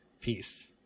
Peace